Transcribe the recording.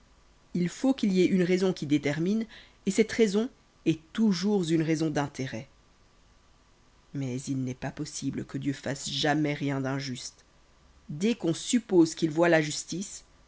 il faut qu'il y ait une raison qui détermine et cette raison est toujours une raison d'intérêt mais il n'est pas possible que dieu fasse jamais rien d'injuste dès qu'on suppose qu'il voit la justice